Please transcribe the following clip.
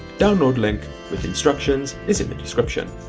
download link with instructions is in the description.